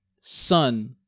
son